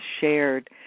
shared